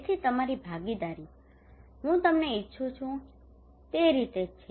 તેથી તમારી ભાગીદારી હું તમને ઇચ્છું છું તે રીતે તે જ છે